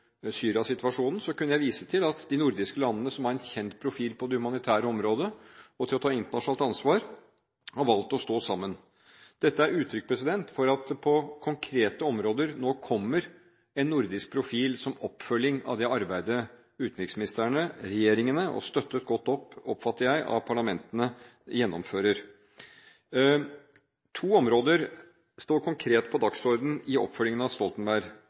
kunne jeg vise til at de nordiske landene, som har en kjent profil på det humanitære området og for å ta internasjonalt ansvar, har valgt å stå sammen. Dette er uttrykk for at det på konkrete områder nå kommer en nordisk profil som oppfølging av det arbeidet utenriksministrene og regjeringene – jeg oppfatter godt støttet av parlamentene – gjennomfører. To områder står konkret på dagsordenen i oppfølgingen av